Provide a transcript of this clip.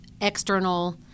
external